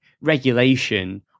regulation